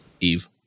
Eve